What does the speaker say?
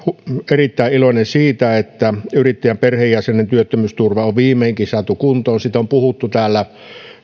erittäin iloinen siitä että yrittäjän perheenjäsenen työttömyysturva on viimeinenkin saatu kuntoon siitä on puhuttu täällä